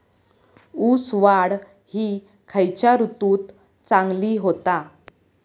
ऊस वाढ ही खयच्या ऋतूत चांगली होता?